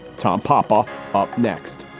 tom popoff up next